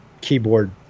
keyboard